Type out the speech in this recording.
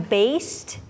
based